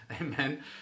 Amen